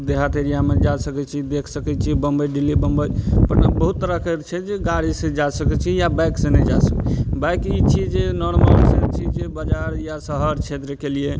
देहात एरिआमे जा सकय छी देख सकय छी बम्बइ दिल्ली बम्बइ पटना बहुत तरहके छै जे गाड़ीसँ जा सकय छी या बाइकसँ नहि जा सकय बाइक ई छी जे नॉर्मलसँ बजार या शहर क्षेत्रके लिये